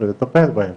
ולטפל בהם,